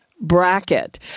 bracket